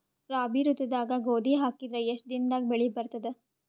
ರಾಬಿ ಋತುದಾಗ ಗೋಧಿ ಹಾಕಿದರ ಎಷ್ಟ ದಿನದಾಗ ಬೆಳಿ ಬರತದ?